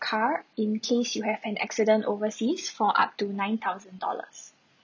car in case you have an accident overseas for up to nine thousand dollars